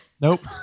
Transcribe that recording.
nope